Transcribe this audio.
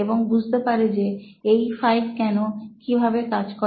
এবং বুঝতে পারে যে এই 5 কেন কীভাবে কাজ করে